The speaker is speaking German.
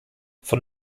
von